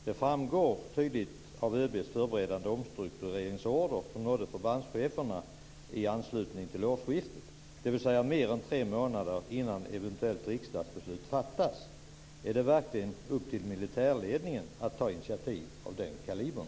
Det framgår tydligt av ÖB:s förberedande omstruktureringsorder som nådde förbandscheferna i anslutning till årsskiftet, dvs. mer än tre månader innan eventuellt riksdagsbeslut fattas. Är det verkligen upp till militärledningen att ta initiativ av den kalibern?